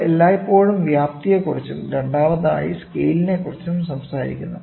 നമ്മൾ എല്ലായ്പ്പോഴും വ്യാപ്തിയെക്കുറിച്ചും രണ്ടാമതായി സ്കെയിലിന്ക്കുറിച്ചും സംസാരിക്കുന്നു